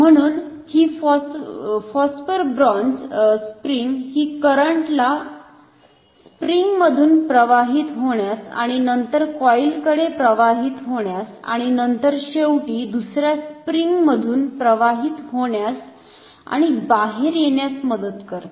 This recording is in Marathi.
म्हणुन हि फॉस्फर ब्रॉंझ स्प्रिंग ही करंट ला स्प्रिंग मधुन प्रवाहित होण्यास आणि नंतर कॉईल कडे प्रवाहित होण्यास आणि नंतर शेवटी दुसऱ्या स्प्रिंग मधुन प्रवाहित होण्यास आणि बाहेर येण्यास मदत करते